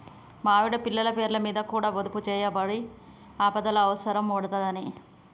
మా ఆవిడ, పిల్లల పేర్లమీద కూడ పొదుపుజేయవడ్తి, ఆపదల అవుసరం పడ్తదని